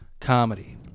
comedy